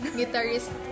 guitarist